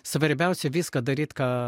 svarbiausia viską daryt ką